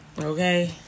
Okay